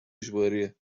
اجباریه